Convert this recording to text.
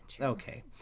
Okay